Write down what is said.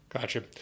Gotcha